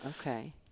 okay